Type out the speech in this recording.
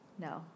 No